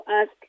ask